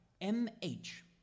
M-H